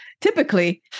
Typically